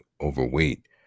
overweight